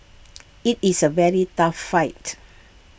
IT is A very tough fight